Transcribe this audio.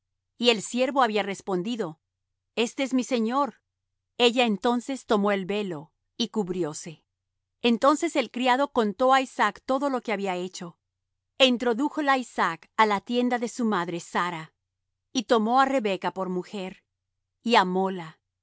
y el siervo había respondido este es mi señor ella entonces tomó el velo y cubrióse entonces el criado contó á isaac todo lo que había hecho e introdújola isaac á la tienda de su madre sara y tomó á rebeca por mujer y amóla